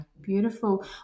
beautiful